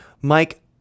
Mike